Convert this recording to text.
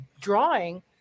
drawing